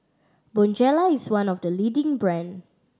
Bonjela is one of the leading brand